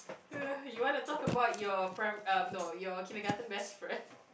you want to talk about your pri~ uh no your kindergarten best friend